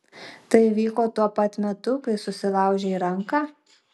tai įvyko tuo pat metu kai susilaužei ranką